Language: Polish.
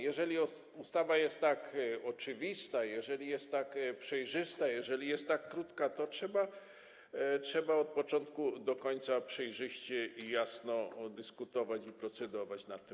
Jeżeli ustawa jest tak oczywista, jeżeli jest tak przejrzysta, jeżeli jest tak krótka, to trzeba od początku do końca przejrzyście i jasno dyskutować i procedować nad tym.